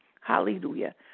Hallelujah